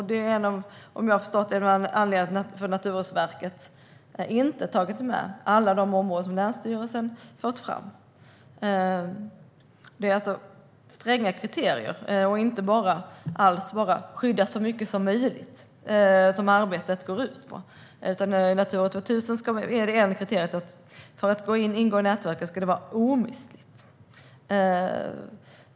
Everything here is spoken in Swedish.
Detta är en av anledningarna till att Naturvårdsverket inte har tagit med alla de områden som länsstyrelsen har fört fram. Kriterierna är alltså stränga. Arbetet går inte alls ut på att skydda så mycket som möjligt. Ett kriterium för Natura 2000, om man vill ingå i nätverket, är att området är omistligt.